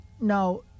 Now